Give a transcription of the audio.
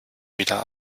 wieder